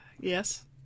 Yes